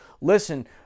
listen